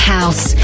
House